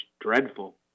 dreadful